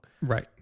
Right